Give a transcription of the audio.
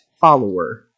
follower